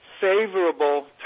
favorable